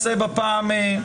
בפעם,